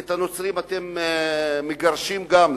את הנוצרים אתם מגרשים גם,